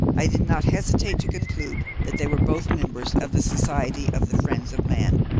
i did not hesitate to conclude that they were both members of the society of the friends of man,